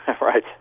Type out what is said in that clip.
Right